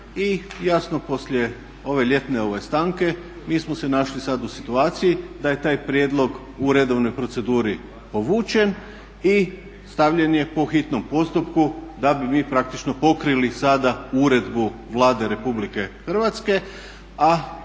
I jasno poslije ove ljetne stanke mi smo se našli sada u situaciji da je taj prijedlog u redovnoj proceduri povučen i stavljen je po hitnom postupku da bi mi praktično pokrili sada uredbu Vlade Republike Hrvatske